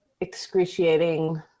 excruciating